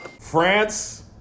France